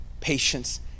patience